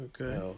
Okay